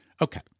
Okay